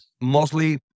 mostly